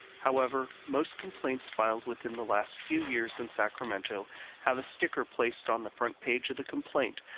however, most complaints filed within the last few years in sacramento have a sticker placed on the front page of the complaint,